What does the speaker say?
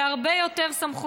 והם דרשו הרבה יותר סמכויות.